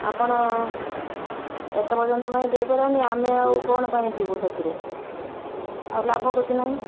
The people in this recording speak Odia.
ଆପଣ ଏତେ ପର୍ଯ୍ୟନ୍ତ କାଇଁ ଦେଇ ପାରିଲେନି ଆମେ ଆଉ କଣ ପାଇଁ ଯିବୁ ସେଥିରେ ଆଉ ଲାଭ କିଛି ନାହିଁ